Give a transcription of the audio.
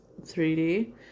3D